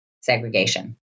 segregation